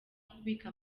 kubika